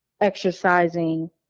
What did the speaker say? exercising